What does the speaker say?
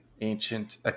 ancient